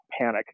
panic